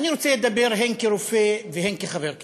אני רוצה לדבר הן כרופא והן כחבר כנסת.